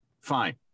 fine